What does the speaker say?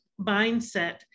mindset